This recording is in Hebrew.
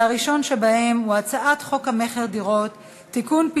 והראשון שבהם הוא הצעת חוק המכר (דירות) (תיקון,